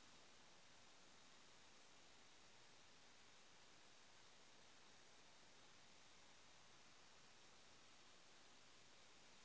बचत खातात कम से कम कतेक टका हमेशा रहना चही?